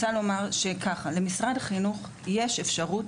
למשרד החינוך יש אפשרות,